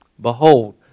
Behold